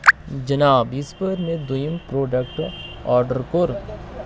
جِناب یِتھ پٲٹھۍ مےٚ دوٚیم پروڈکٹ آرڈر کوٚر